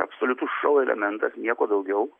absoliutus šou elementas nieko daugiau